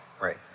right